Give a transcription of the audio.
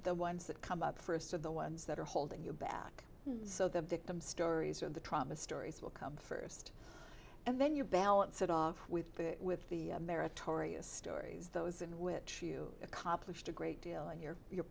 the ones that come up first are the ones that are holding you back so the victim stories or the trauma stories will come first and then you balance it off with the with the meritorious stories those in which you accomplished a great deal and you're you're